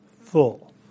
full